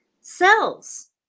cells